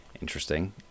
Interesting